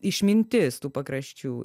išmintis tų pakraščių